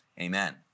Amen